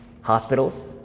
Hospitals